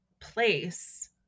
place